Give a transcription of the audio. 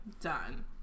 Done